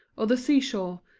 or the seashore,